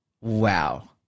Wow